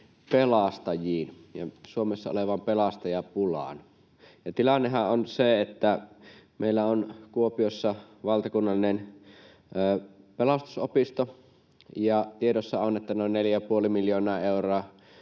pelastajiin ja Suomessa olevaan pelastajapulaan. Tilannehan on se, että meillä on Kuopiossa valtakunnallinen pelastusopisto, ja tiedossa on, että noin neljä ja puoli